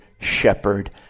shepherd